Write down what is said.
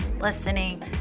listening